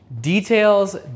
details